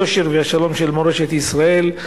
היושר והשלום של מורשת ישראל,